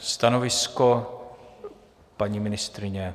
Stanovisko, paní ministryně.